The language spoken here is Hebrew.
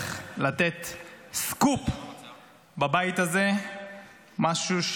זה לא